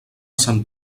sant